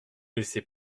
laissez